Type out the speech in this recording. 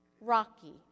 rocky